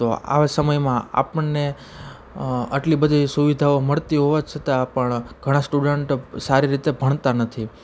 તો આવા સમયમાં આપણને આટલી બધી સુવિધાઓ મળતી હોવાં છતાં પણ ઘણા સ્ટુડન્ટ સારી રીતે ભણતા નથી